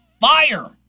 fire